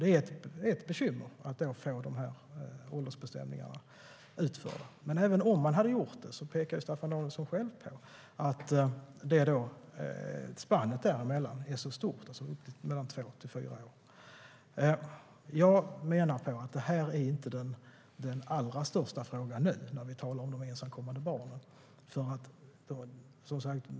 Det är ett bekymmer när det gäller att få åldersbestämningarna utförda. Men även om man hade gjort det pekar Staffan Danielsson själv på att spannet är stort, mellan två och fyra år. Jag menar att det här inte är den allra största frågan nu, när vi talar om de ensamkommande barnen.